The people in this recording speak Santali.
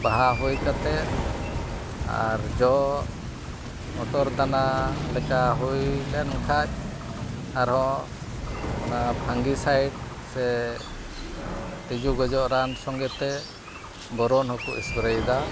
ᱵᱟᱦᱟ ᱦᱩᱭ ᱠᱟᱛᱮᱫ ᱟᱨ ᱡᱚ ᱢᱚᱴᱚᱨᱫᱟᱱᱟ ᱞᱮᱠᱟ ᱦᱩᱭᱞᱮᱱᱠᱷᱟᱱ ᱟᱨᱦᱚᱸ ᱚᱱᱟ ᱯᱷᱟᱝᱜᱤᱼᱥᱟᱭᱤᱰ ᱥᱮ ᱛᱤᱡᱩ ᱜᱩᱡᱩᱜ ᱨᱟᱱ ᱥᱚᱸᱜᱮᱛᱮ ᱵᱳᱨᱚᱱᱦᱚᱸᱠᱚ ᱮᱥᱯᱨᱮᱭᱮᱫᱟ